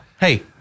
Hey